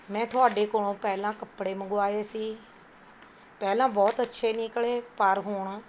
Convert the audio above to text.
ਮੈਂ ਤੁਹਾਡੇ ਕੋਲ਼ੋਂ ਪਹਿਲਾਂ ਕੱਪੜੇ ਮੰਗਵਾਏ ਸੀ ਪਹਿਲਾਂ ਬਹੁਤ ਅੱਛੇ ਨਿਕਲ਼ੇ ਪਰ ਹੁਣ